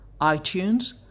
iTunes